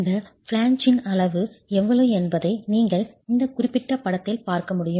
இந்த ஃபிளேன்ஜின் அளவு எவ்வளவு என்பதை நீங்கள் இந்த குறிப்பிட்ட படத்தில் பார்க்க முடியும்